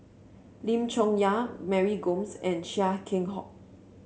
Lim Chong Yah Mary Gomes and Chia Keng Hock